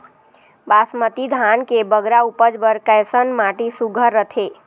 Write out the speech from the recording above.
बासमती धान के बगरा उपज बर कैसन माटी सुघ्घर रथे?